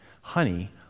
Honey